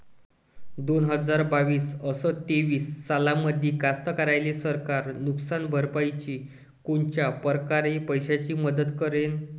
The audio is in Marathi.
दोन हजार बावीस अस तेवीस सालामंदी कास्तकाराइले सरकार नुकसान भरपाईची कोनच्या परकारे पैशाची मदत करेन?